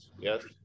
yes